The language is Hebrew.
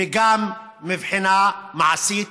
וגם מבחינה מעשית.